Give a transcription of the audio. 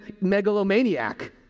megalomaniac